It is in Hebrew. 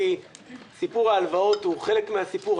כי סיפור ההלוואות הוא חלק מהסיפור,